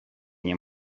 nie